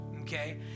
okay